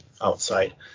outside